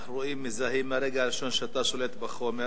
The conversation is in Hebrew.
אנחנו רואים, מזהים מהרגע הראשון שאתה שולט בחומר